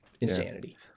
insanity